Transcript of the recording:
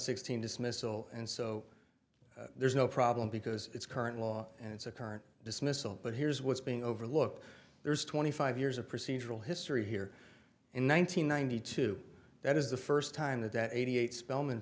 sixteen dismissal and so there's no problem because it's current law and it's a current dismissal but here's what's being overlooked there's twenty five years of procedural history here in one nine hundred ninety two that is the first time that that eighty eight spelman